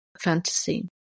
fantasy